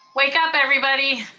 wake up, everybody.